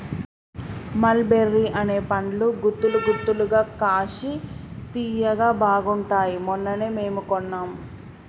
మల్ బెర్రీ అనే పండ్లు గుత్తులు గుత్తులుగా కాశి తియ్యగా బాగుంటాయ్ మొన్ననే మేము కొన్నాం